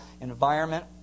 environment